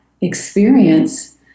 experience